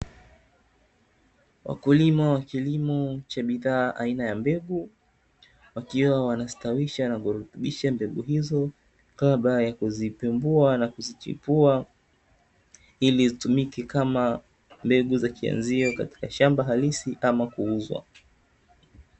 Wakulima wa kilimo cha bidhaa aina ya mbegu, wakiwa wanastawisha na kurutubisha mbegu hizo kabla ya kuzipembua na kuzichipua, ili zitumike kama mbegu za kianzio katika shamba halisi, ama kuuzwa.